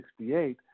1968